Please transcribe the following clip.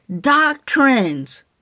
doctrines